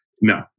No